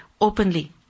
openly